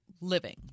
living